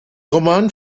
roman